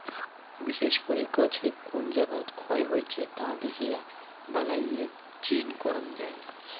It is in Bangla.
বিশেষ করি গছের কুন জাগাত ক্ষয় হইছে তা দ্যাখিয়া বালাইয়ের চিন করাং যাই